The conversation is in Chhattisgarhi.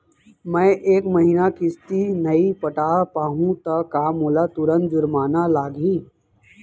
मैं ए महीना किस्ती नई पटा पाहू त का मोला तुरंत जुर्माना लागही?